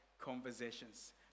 conversations